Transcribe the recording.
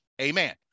Amen